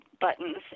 buttons